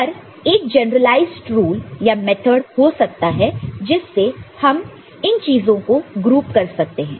पर एक generalised rule या मेथड हो सकता है जिससे हम इन चीजों को ग्रुप कर सकते हैं